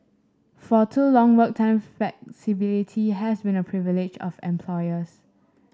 for too long work time flexibility has been a privilege of employers